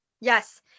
Yes